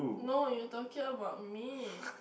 no you talking about me